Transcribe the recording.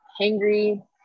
hangry